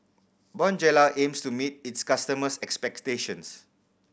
bonjela aims to meet its customers' expectations